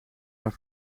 haar